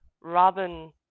Robin